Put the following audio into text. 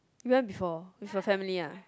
you went before with your family ah